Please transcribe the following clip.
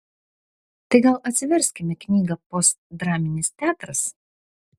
tai gal atsiverskime knygą postdraminis teatras